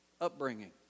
upbringing